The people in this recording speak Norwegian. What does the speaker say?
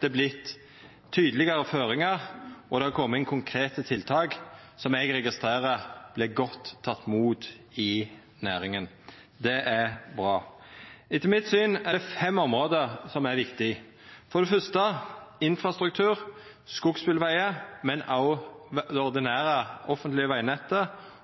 det vorte tydelegare føringar, og det har kome inn konkrete tiltak som eg registrerer vert godt tekne imot i næringa. Det er bra. Etter mitt syn er det fem område som er viktige. For det fyrste: infrastruktur. Skogsbilvegar, men òg det ordinære offentlege vegnettet,